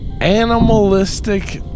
Animalistic